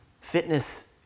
fitness